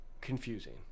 confusing